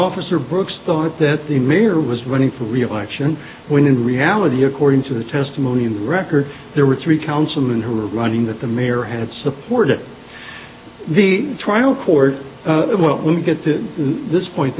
officer brooks thought that the mayor was running for reelection when in reality according to the testimony in the record there were three councilman who were running that the mayor had supported the trial court will get to this point